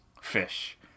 fish